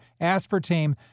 aspartame